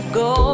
go